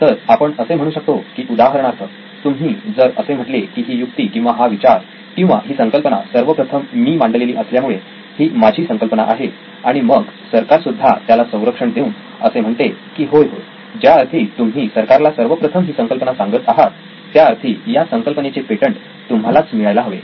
तर आपण असे म्हणू शकतो की उदाहरणार्थ तुम्ही जर असे म्हटले की ही युक्ती किंवा हा विचार किंवा ही संकल्पना सर्वप्रथम मी मांडलेली असल्यामुळे ही माझी संकल्पना आहे आणि मग सरकार सुद्धा त्याला संरक्षण देऊन असे म्हणते की होय होय ज्याअर्थी तुम्ही सरकारला सर्वप्रथम ही संकल्पना सांगत आहात त्याअर्थी या संकल्पनेचे पेटंट तुम्हालाच मिळायला हवे